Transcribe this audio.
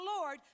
Lord